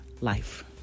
life